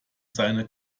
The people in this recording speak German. seine